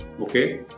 Okay